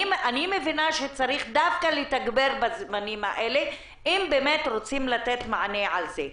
אני מבינה שצריך דווקא לתגבר בזמנים האלה אם באמת רוצים לתת מענה על זה.